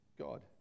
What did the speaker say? god